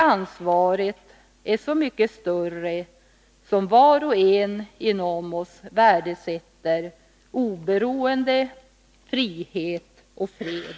Ansvaret är så mycket större som var och en inom oss värdesätter oberoende, frihet och fred.